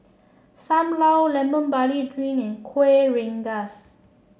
Sam Lau Lemon Barley Drink and Kuih Rengas